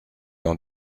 dans